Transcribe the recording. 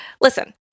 Listen